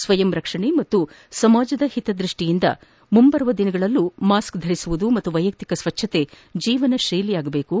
ಸ್ವಯಂ ರಕ್ಷಣೆ ಮತ್ತು ಸಮಾಜದ ಹಿತ ದೃಷ್ಷಿಯಿಂದ ಮುಂಬರುವ ದಿನಗಳಲ್ಲೂ ಮಾಸ್ಕ್ ಧರಿಸುವುದು ಹಾಗೂ ವ್ಲೆಯಕ್ತಿಕ ಸ್ವಚ್ಛತೆ ಜೀವನ ತ್ಯೆಲಿಯಾಗಬೇಕು